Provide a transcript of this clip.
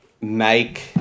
make